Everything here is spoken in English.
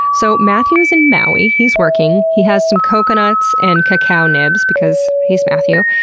so, matthew's in maui, he's working. he has some coconuts and cacao nibs, because he's matthew.